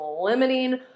limiting